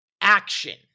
Action